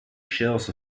shelves